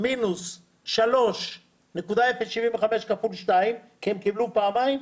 מינוס 3,075,000 כפול 2, כי הם קיבלו פעמיים.